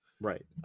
Right